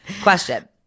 question